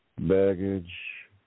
Baggage